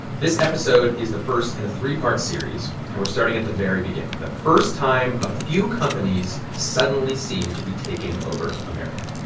this episode is the first in a three-part series. and we're starting at the very beginning, the first time a few companies suddenly seemed to be taking over america